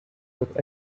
with